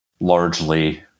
Largely